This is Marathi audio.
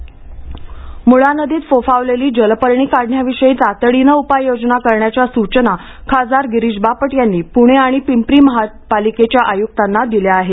पिंचि जलपर्णी मुळा नदीत फोफावलेली जलपर्णी काढण्याविषयी तातडीने उपाययोजना करण्याच्या सूचना खासदार गिरीश बापट यांनी पुणे आणि पिंपरी चिंचवड महापालिकेच्या आय़ुक्तांना दिल्या आहेत